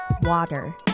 Water